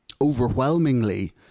overwhelmingly